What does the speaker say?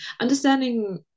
understanding